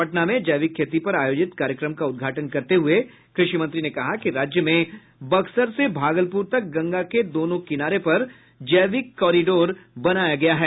पटना में जैविक खेती पर आयोजित कार्यक्रम का उदघाटन करते हुए कृषि मंत्री ने कहा कि राज्य में बक्सर से भागलपुर तक गंगा के दोनों किनारे पर जैविक कोरिडोर बनाया गया है